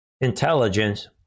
intelligence